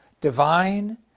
divine